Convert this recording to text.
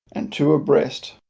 and two abreast,